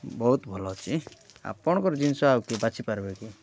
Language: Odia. ବହୁତ ଭଲ ଅଛି ଆପଣଙ୍କର ଜିନିଷ ଆଉ କିଏ ବାଛିପାରିବେ କି